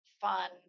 fun